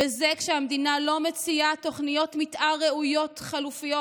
וזה כשהמדינה לא מציעה תוכניות מתאר חלופיות ראויות.